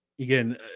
Again